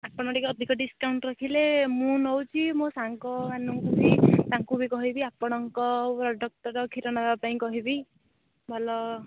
ଆପଣ ଟିକେ ଅଧିକ ଡିସକାଉଣ୍ଟ୍ ରଖିଲେ ମୁଁ ନେଉଛି ମୋ ସାଙ୍ଗମାନଙ୍କୁ ବି ତାଙ୍କୁ ବି ତାଙ୍କୁ ବି କହିବି ଆପଣଙ୍କ ପ୍ରଡକ୍ଟର କ୍ଷୀର ନେବା ପାଇଁ କହିବି ଭଲ